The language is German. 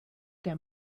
der